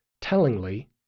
tellingly